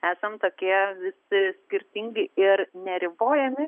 esam tokie visi skirtingi ir neribojami